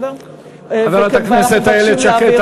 חברת הכנסת איילת שקד,